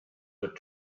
that